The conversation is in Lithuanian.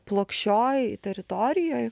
plokščioj teritorijoj